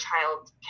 child